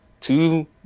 two